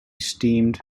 steamed